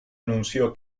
anunció